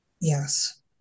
Yes